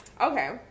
Okay